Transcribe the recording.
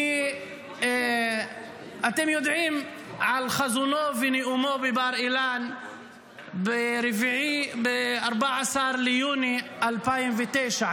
כי אתם יודעים על חזונו ונאומו בבר אילן ב-14 ביוני 2009,